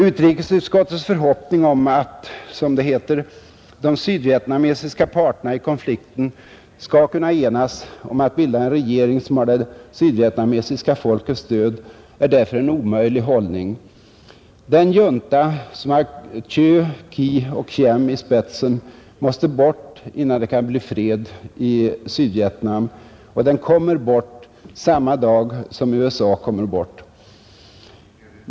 Utrikesutskottets förhoppning om att, som det heter, de ”sydvietnamesiska parterna i konflikten skall kunna enas om att bilda en regering som har det sydvietnamesiska folkets stöd” är därför en omöjlig hållning. Den junta som har Thieu, Ky och Khiem i spetsen måste bort, innan det kan bli fred i Sydvietnam, och den kommer bort samma dag som USA kommer bort.